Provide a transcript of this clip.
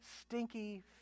stinky